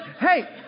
hey